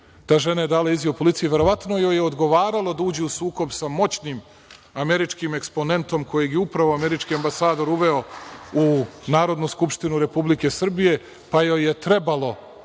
Ta žena je dala izjavu policiji. Verovatno joj je odgovaralo da uđe u sukob sa moćnim američkim eksponentom kojeg je upravo američki ambasador uveo u Narodnu skupštinu Republike Srbije, pa joj je trebalo